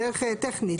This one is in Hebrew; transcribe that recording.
בדרך טכנית.